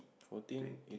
fourteen eighteen